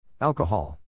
Alcohol